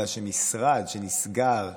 משרד שנסגר,